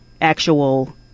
actual